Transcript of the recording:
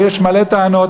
ויש המון טענות.